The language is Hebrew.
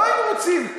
לא היינו רוצים.